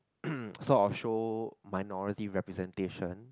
sort of show minority representation